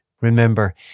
Remember